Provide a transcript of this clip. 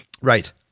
Right